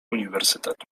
uniwersytetu